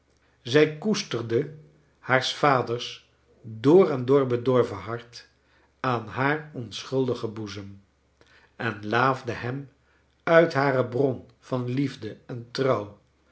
zij koesterde haars vader door en door bedorven hart aan haar onschuldigen boezeni en laafde hem uit hare bron van liefde en trouw